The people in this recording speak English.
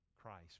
Christ